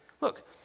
Look